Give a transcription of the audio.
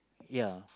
ya